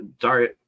Sorry